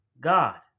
God